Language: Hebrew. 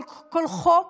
כל חוק